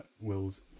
Will's